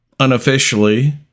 unofficially